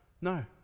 no